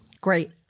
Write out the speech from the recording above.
great